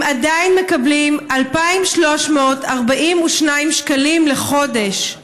הם עדיין מקבלים 2,342 שקלים לחודש.